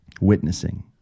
witnessing